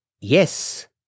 Yes